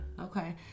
Okay